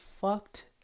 fucked